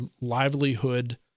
livelihood